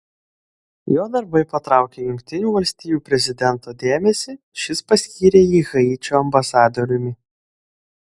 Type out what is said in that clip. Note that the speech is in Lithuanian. jo darbai patraukė jungtinių valstijų prezidento dėmesį šis paskyrė jį haičio ambasadoriumi